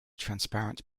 transparent